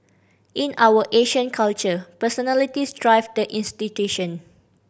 in our Asian culture personalities drive the institution